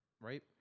right